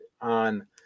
on